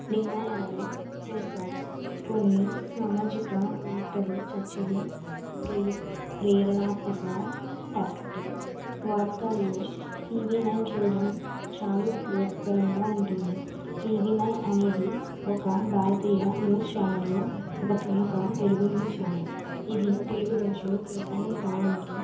నిర్ణయాలు చేస్తారు కొన్ని సామాజిక వార్తలు చర్చలు ప్రేర ప్రేరణాత్మక పరిస్థితులు వార్తల్లో టీవీ నైన్ చూడడం చాలా ఉపయోగకరంగా ఉంటుంది టీవీ నైన్ అనేది ఒక భారతీయ న్యూస్ ఛానల్లో ఒక ప్రముఖ తెలుగు న్యూస్ ఛానల్ ఇది తెలుగు భాషలో ప్రసారం కావడంతో